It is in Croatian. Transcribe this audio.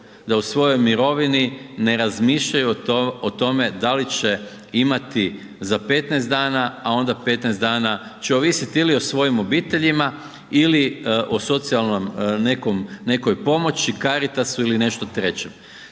da u svojoj mirovini ne razmišljaju o tome da li će imati za 15 dana, a onda 15 dana će ovisiti ili o svojim obiteljima ili o socijalnom, nekom, nekoj pomoći, Caritasu ili nešto trećem.